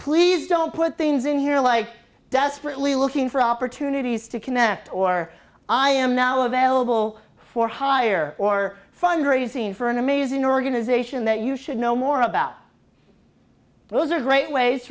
please don't put things in here like desperately looking for opportunities to connect or i am now available for hire or fundraising for an amazing organization that you should know more about those are great ways